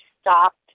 stopped